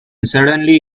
suddenly